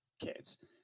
kids